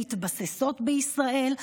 מתבססות בישראל,